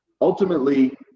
Ultimately